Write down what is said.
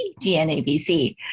GNABC